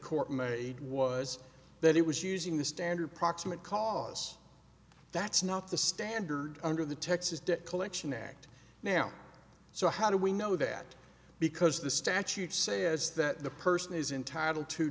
court made was that it was using the standard proximate cause that's not the standard under the texas debt collection act now so how do we know that because the statute says that the person is entitled to